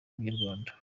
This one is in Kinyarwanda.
munyarwanda